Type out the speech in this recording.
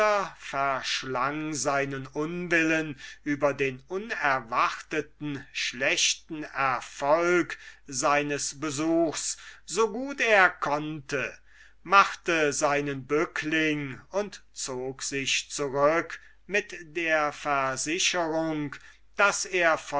verschlang seinen unwillen über den ganz unerwarteten schlechten erfolg seines besuchs so gut er konnte machte seinen bückling und zog sich zurück mit der versicherung daß er